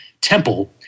Temple